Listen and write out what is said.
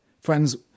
Friends